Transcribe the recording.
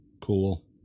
cool